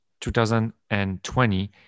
2020